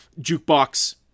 jukebox